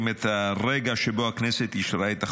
את הרגע שבו הכנסת אישרה את החוק.